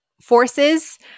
forces